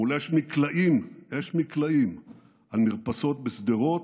מול אש מקלעים על מרפסות בשדרות,